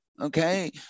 okay